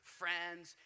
friends